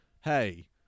hey